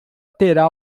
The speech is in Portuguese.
terá